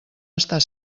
estar